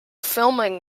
filming